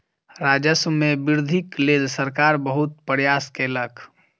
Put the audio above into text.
राजस्व मे वृद्धिक लेल सरकार बहुत प्रयास केलक